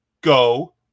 go